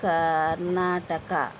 Karnataka